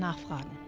yeah fun